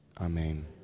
Amen